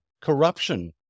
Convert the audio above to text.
corruption